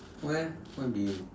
why eh why being